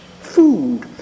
food